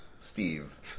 Steve